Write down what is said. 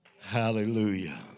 Hallelujah